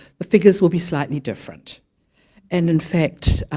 the figures will be slightly different and in fact,